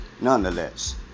nonetheless